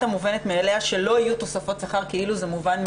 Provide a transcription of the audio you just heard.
המובנת מאליה שלא יהיו תוספות שכר כאילו זה מובן מאליו,